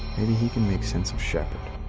he can make sense of shepherd.